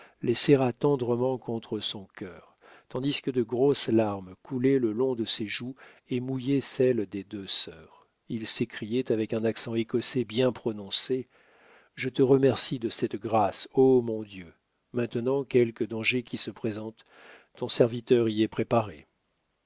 les serra tendrement contre son cœur tandis que de grosses larmes coulaient le long de ses joues et mouillaient celles des deux sœurs il s'écriait avec un accent écossais bien prononcé je te remercie de cette grâce ô mon dieu maintenant quelque danger qui se présente ton serviteur y est préparé